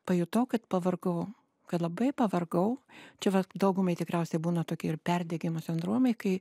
pajutau kad pavargau kad labai pavargau čia vat daugumai tikriausiai būna tokie ir perdegimo sindromai kai